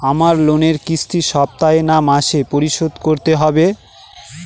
আমার লোনের কিস্তি সপ্তাহে না মাসে পরিশোধ করতে হবে?